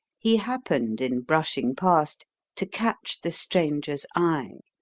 he happened in brushing past to catch the stranger's eye.